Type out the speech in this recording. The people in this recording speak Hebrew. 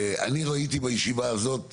אני ראיתי בישיבה הזאת מבחינתי,